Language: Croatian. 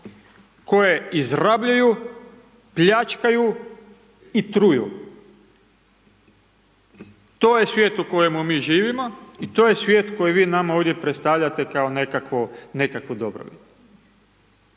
koje izrabljuju, pljačkaju i truju. To je svijet u kojemu mi živimo i to je svijet koji vi nama ovdje predstavljate kao nekakvo, nekakvu dobrobit.